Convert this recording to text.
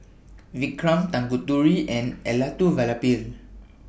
Vikram Tanguturi and Elattuvalapil